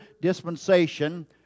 dispensation